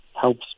helps